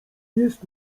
jest